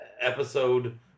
episode